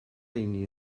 rheiny